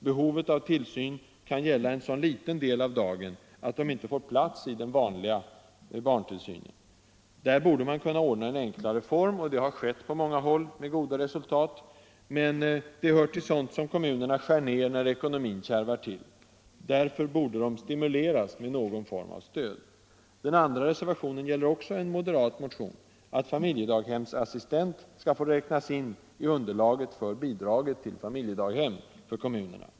Behovet av tillsyn kan gälla en så liten del av dagen att barnet inte får plats i den vanliga barntillsynen. Där borde man kunna ordna en enklare form. Det har skett på många håll med goda resultat, men det hör till sådant som kommunerna skär ner på när ekonomin kärvar till. Därför borde de stimuleras med någon form av stöd. Den andra reservationen gäller också en moderat motion, att familjedagshemsassistent skall få räknas in i underlaget för bidraget till kommunala familjedaghem.